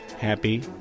Happy